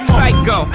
Psycho